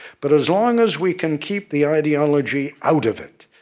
but, as long as we can keep the ideology out of it,